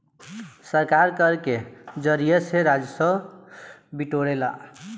सरकार कर के जरिया से राजस्व बिटोरेला